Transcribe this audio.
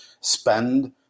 spend